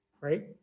right